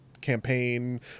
campaign